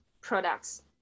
products